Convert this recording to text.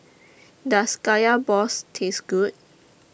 Does Kaya Balls Taste Good